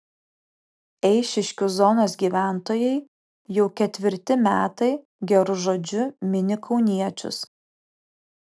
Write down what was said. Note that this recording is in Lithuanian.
eišiškių zonos gyventojai jau ketvirti metai geru žodžiu mini kauniečius